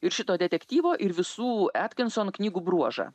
ir šito detektyvo ir visų atkinson knygų bruožą